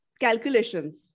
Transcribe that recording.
calculations